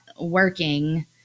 working